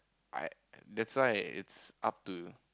I that's why it's up to